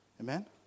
Amen